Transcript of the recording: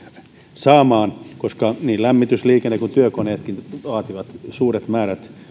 saamaan koska niin lämmitys liikenne kuin työkoneetkin vaativat suuret määrät